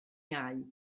iau